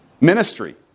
ministry